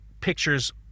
pictures